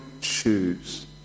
choose